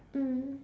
mm